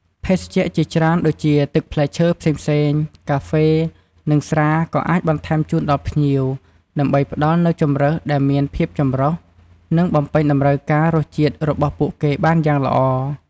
ភេសជ្ជៈជាច្រើនដូចជា ទឹកផ្លែឈើផ្សេងៗ កាហ្វេ និងស្រា ក៏អាចបន្ថែមជូនដល់ភ្ញៀវ ដើម្បីផ្តល់នូវជម្រើសដែលមានភាពចម្រុះ និងបំពេញតម្រូវការរសជាតិរបស់ពួកគេបានយ៉ាងល្អ។